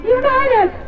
united